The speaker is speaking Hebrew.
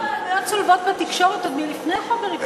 אבל יש חוקים שעשו לבעלויות צולבות בתקשורת עוד לפני חוק הריכוזיות.